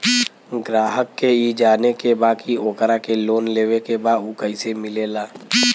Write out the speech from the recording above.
ग्राहक के ई जाने के बा की ओकरा के लोन लेवे के बा ऊ कैसे मिलेला?